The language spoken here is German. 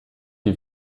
wie